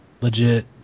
legit